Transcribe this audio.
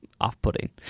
off-putting